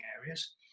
areas